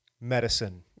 medicine